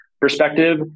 perspective